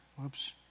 Whoops